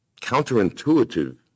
counterintuitive